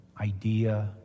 idea